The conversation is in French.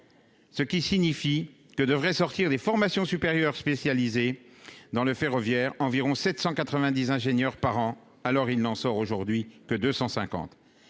ce qui signifie que devrait sortir des formations supérieures spécialisés dans le ferroviaire, environ 790 ingénieurs par an, alors il n'en sort aujourd'hui que 250